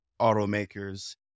automakers